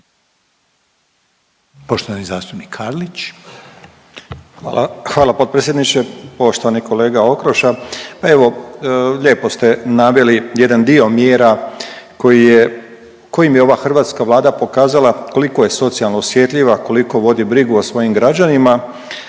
Poštovani zastupnik Karlić.